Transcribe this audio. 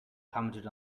commented